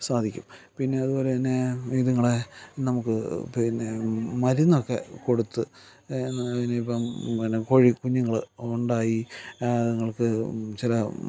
സാധിക്കും പിന്നെ അതുപോലെത്തന്നെ ഇതുങ്ങളെ നമുക്ക് പിന്നെ മരുന്നൊക്കെ കൊടുത്ത് പിന്നെ ഇപ്പം പിന്നെ കോഴി കുഞ്ഞുങ്ങൾ ഉണ്ടായി അതുങ്ങൾക്ക് ചില